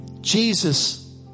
Jesus